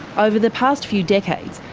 over the past few decades,